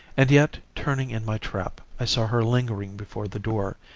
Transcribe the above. and yet, turning in my trap, i saw her lingering before the door,